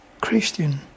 Christian